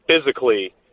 physically